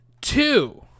two